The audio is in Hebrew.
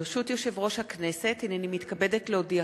ברשות היושב-ראש, הנני מתכבדת להודיעכם,